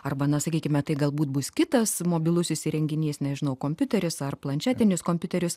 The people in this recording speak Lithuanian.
arba na sakykime tai galbūt bus kitas mobilusis įrenginys nežinau kompiuteris ar planšetinis kompiuteris